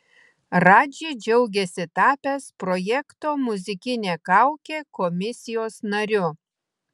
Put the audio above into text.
radži džiaugiasi tapęs projekto muzikinė kaukė komisijos nariu